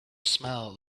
smell